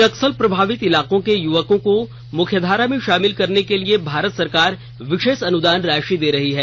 नक्सल प्रभावित इलाकों के युवकों को मुख्यधारा में शामिल करने के लिए भारत सरकार विशेष अनुदान राशि दे रही है